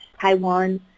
Taiwan